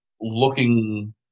looking